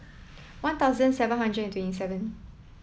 one thousand seven hundred twenty seven